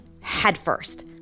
headfirst